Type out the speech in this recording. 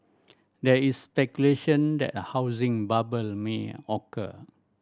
there is speculation that a housing bubble may occur